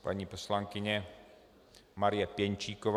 Paní poslankyně Marie Pěnčíková.